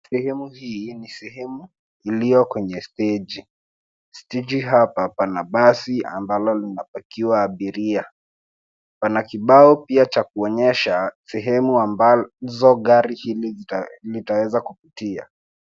Sehemu hii ni sehemu iliyo kwenye steji. Steji hapa pana basi ambalo linapakiwa abiria. Pana kibao pia cha kuonyesha sehemu ambazo gari hili litaweza kupitia.